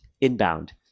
inbound